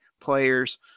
players